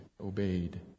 obeyed